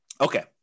Okay